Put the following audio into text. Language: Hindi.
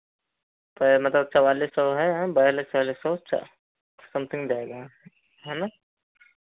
मतलब चौआलिस सौ है हैं बयालीस चौआलिस सौ अच्छा समथिंग जाएगा है ना